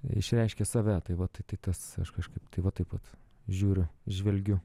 išreiškia save tai vat tai tai tas aš kažkaip tai va taip vat žiūriu žvelgiu